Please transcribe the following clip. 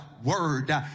word